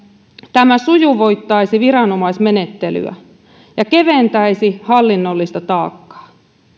tämä sujuvoittaisi viranomaismenettelyä ja keventäisi hallinnollista taakkaa